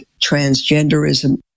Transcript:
transgenderism